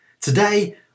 Today